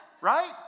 Right